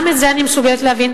גם את זה אני מסוגלת להבין,